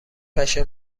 پشه